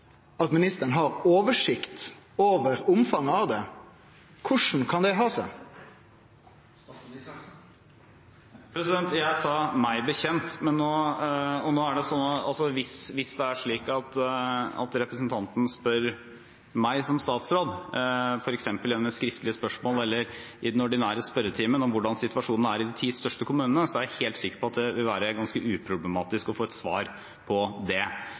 at ministeren har oversikt over omfanget av det – korleis kan det ha seg? Jeg sa «meg bekjent», men hvis det er slik at representanten spør meg som statsråd, f.eks. gjennom et skriftlig spørsmål eller i den ordinære spørretimen, om hvordan situasjonen er i de ti største kommunene, er jeg helt sikker på at det vil være ganske uproblematisk å få et svar på det,